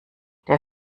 der